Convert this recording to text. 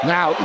Now